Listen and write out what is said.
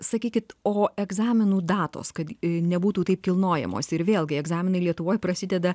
sakykit o egzaminų datos kad nebūtų taip kilnojamos ir vėlgi egzaminai lietuvoj prasideda